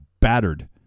battered